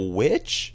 witch